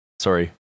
Sorry